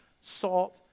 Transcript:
salt